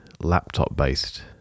laptop-based